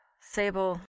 Sable